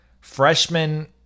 Freshman